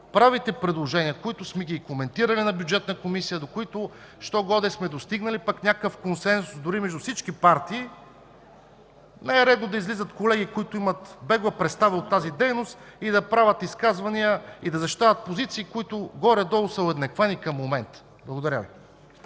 правите предложения, които сме коментирали на Бюджетна комисия, за които сме достигнали някакъв консенсус –дори между всички партии, не е редно да излизат колеги, които имат бегла представа от тази дейност, да правят изказвания и да защитават позиции, които горе-долу са уеднаквени до момента. Благодаря Ви.